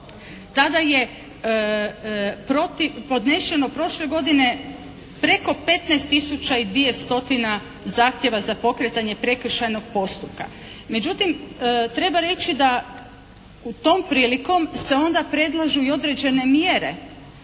Tada je protiv podnešeno prošle godine preko 15 tisuća i 2 stotine zahtjeva za pokretanje prekršajnog postupka. Međutim, treba reći da tom prilikom se onda predlažu i određene mjere.